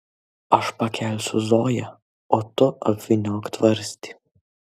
aš pakelsiu zoją o tu apvyniok tvarstį